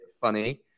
funny